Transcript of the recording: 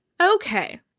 Okay